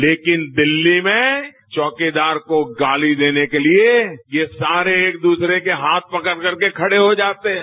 लेकिन दिल्ली में चौकीदार को गाली देने के लिए ये सारे एक द्रसरे के हाथ पकड़कर के खड़े हो जाते हैं